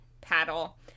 paddle